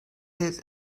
his